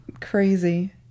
Crazy